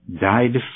died